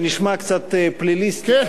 זה נשמע קצת פליליסטי.